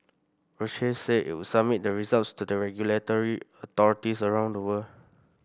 Roche said it would submit the results to the regulatory authorities around the world